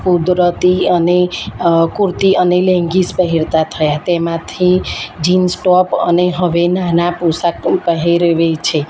કુદરતી અને કુર્તી અને લેંઘીસ પહેરતાં થયાં તેમાંથી જીન્સ ટોપ અને હવે નાના પોશાક પહેરવે છે